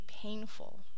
painful